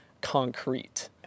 concrete